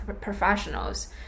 professionals